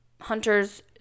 hunters